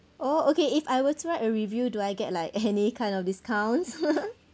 oh okay if I were to write a review do I get like any kind of discounts